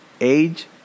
age